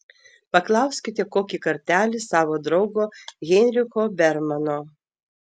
paklauskite kokį kartelį savo draugo heinricho bermano